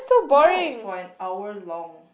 no for an hour long